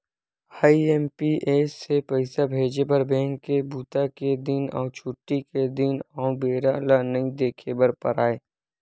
IMPS से पइसा भेजे बर बेंक के बूता के दिन अउ छुट्टी के दिन अउ बेरा ल नइ देखे बर परय